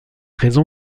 raison